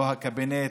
לא הקבינט,